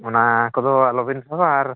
ᱚᱱᱟ ᱠᱚᱫᱚ ᱟᱞᱚ ᱵᱤᱱ ᱥᱟᱵᱟ ᱟᱨ